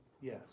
Yes